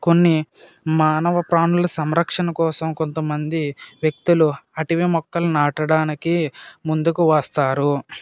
కొన్ని మానవ ప్రాణుల సంరక్షణ కోసం కొంత మంది వ్యక్తులు అటవీ మొక్కలు నాటడానికి ముందుకు వస్తారు